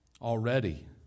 already